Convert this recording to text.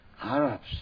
Arabs